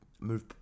move